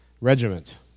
Regiment